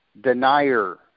denier